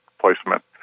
placement